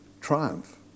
triumph